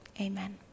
Amen